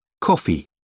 Coffee